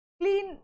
clean